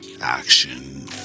action